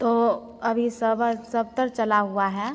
तो अभी सब सबतर चला हुआ है